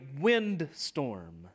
windstorm